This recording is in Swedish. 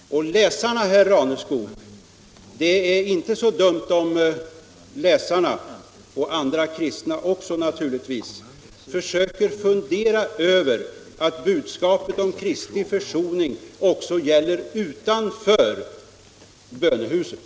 Vad gäller läsarna: Det är inte så dumt, herr Raneskog, om läsarna — och andra kristna också naturligtvis — försöker fundera över att budskapet om Kristi försoning också gäller utanför bönehuset.